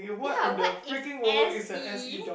ya what is S_E